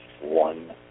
one